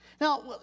Now